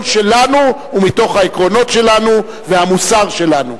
שלנו ומתוך העקרונות שלנו והמוסר שלנו.